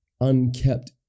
unkept